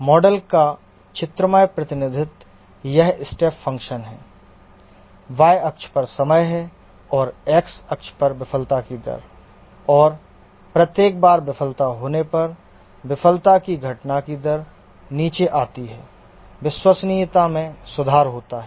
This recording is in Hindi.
मॉडल का चित्रमय प्रतिनिधित्व यह स्टेप फंक्शन है y अक्ष पर समय है और x अक्ष पर विफलता की दर और और प्रत्येक बार विफलता होने पर विफलता की घटना की दर नीचे आती है विश्वसनीयता में सुधार होता है